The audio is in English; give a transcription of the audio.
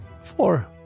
Four